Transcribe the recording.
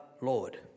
Lord